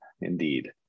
indeed